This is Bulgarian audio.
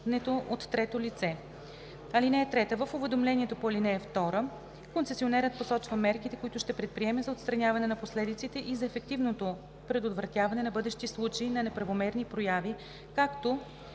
В уведомлението по ал. 2 концесионерът посочва мерките, които ще предприеме за отстраняване на последиците и за ефективното предотвратяване на бъдещи случаи на неправомерни прояви, както